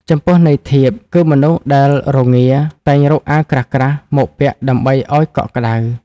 ចំពោះន័យធៀប គឺមនុស្សដែលរងាតែងរកអាវក្រាស់ៗមកពាក់ដើម្បីឲ្យកក់ក្ដៅ ។